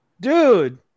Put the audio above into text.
Dude